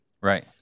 Right